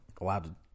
allowed